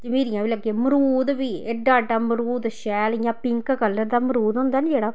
जम्हीरियां बी लग्गी दियां मरूद बी एड्डा एड्डा मरूद शैल इ'यां पिंक कलर दा मरूद होंदा नी जेह्ड़ा